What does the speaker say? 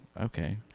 Okay